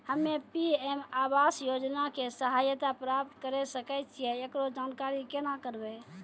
हम्मे पी.एम आवास योजना के सहायता प्राप्त करें सकय छियै, एकरो जानकारी केना करबै?